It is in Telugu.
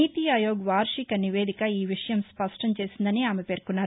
నీతి ఆయోగ్ వార్షిక నివేదిక ఈ విషయం స్పష్టం చేసిందని ఆమె పేర్కొన్నారు